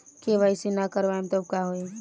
KYC ना करवाएम तब का होई?